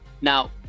now